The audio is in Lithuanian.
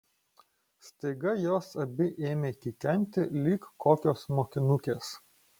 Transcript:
staiga jos abi ėmė kikenti lyg kokios mokinukės